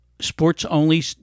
Sports-only